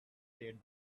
said